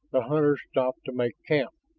the hunters stopped to make camp.